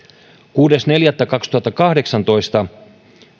kuudes neljättä kaksituhattakahdeksantoista